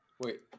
Wait